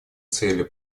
целей